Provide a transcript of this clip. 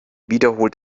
wiederholt